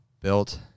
built